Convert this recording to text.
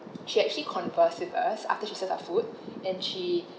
she actually converse with us after she serves our food and she